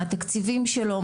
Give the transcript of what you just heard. מהתקציבים שלו,